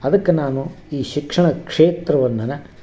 ಅದಕ್ಕೆ ನಾನು ಈ ಶಿಕ್ಷಣ ಕ್ಷೇತ್ರವನ್ನು